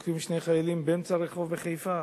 שתוקפים שני חיילים באמצע רחוב בחיפה?